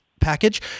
package